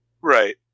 Right